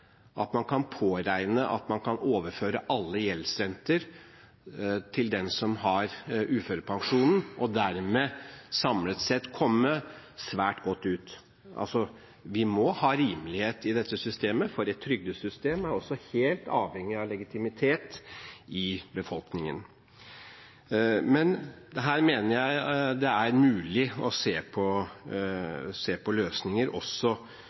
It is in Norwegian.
kan påregne at man kan overføre alle gjeldsrenter til den som har uførepensjonen og dermed samlet sett komme svært godt ut. Vi må ha rimelighet i dette systemet, for et trygdesystem er også helt avhengig av legitimitet i befolkningen. Men her mener jeg det er mulig å se på løsninger, også på